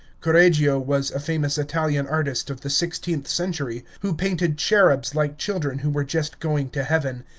correggio was a famous italian artist of the sixteenth century, who painted cherubs like children who were just going to heaven,